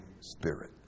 Spirit